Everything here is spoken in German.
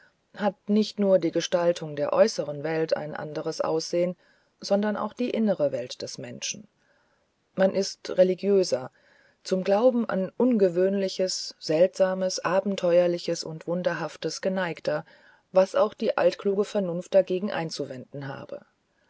hat nicht nur die gestaltung der äußeren welt ein anderes aussehen sondern auch die innere welt des menschen man ist religiöser zum glauben an ungewöhnliches seltsames abenteuerliches und wunderhaftes geneigter was auch die altkluge vernunft dagegen einzuwenden habe